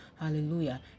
Hallelujah